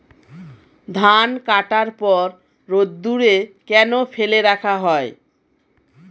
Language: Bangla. ধান কাটার পর রোদ্দুরে কেন ফেলে রাখা হয়?